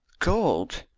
gold!